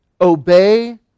obey